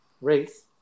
Race